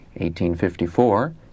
1854